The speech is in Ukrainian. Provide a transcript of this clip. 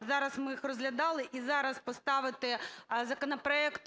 зараз ми їх розглядали, і зараз поставити законопроект